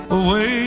away